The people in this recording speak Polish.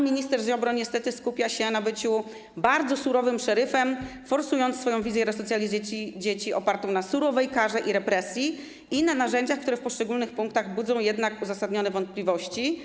Minister Ziobro niestety skupia się na byciu bardzo surowym szeryfem i forsuje swoją wizję resocjalizacji dzieci opartą na surowej karze i represji, na narzędziach, które w poszczególnych punktach budzą uzasadnione wątpliwości.